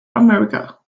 america